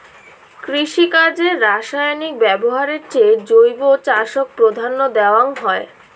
কৃষিকাজে রাসায়নিক ব্যবহারের চেয়ে জৈব চাষক প্রাধান্য দেওয়াং হই